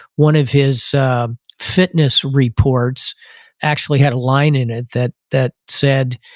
one of his fitness reports actually had a line in it that that said,